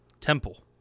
Temple